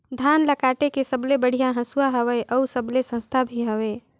धान ल काटे के सबले बढ़िया हंसुवा हवये? अउ सबले सस्ता भी हवे?